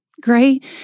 Great